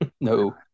No